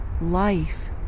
life